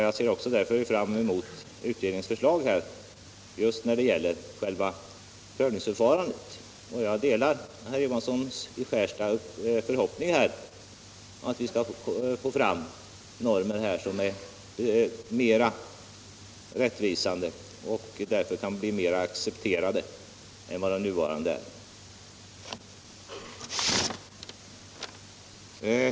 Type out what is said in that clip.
Jag ser därför fram emot utredningens förslag när det gäller själva prövningsförfarandet. Jag delar herr Johanssons förhoppning att vi på detta område skall få fram normer som är mera rättvisande och som därför kan bli mer accepterade än de nuvarande är.